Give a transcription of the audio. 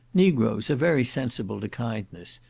negroes are very sensible to kindness,